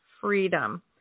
freedom